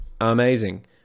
Amazing